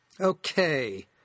Okay